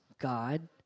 God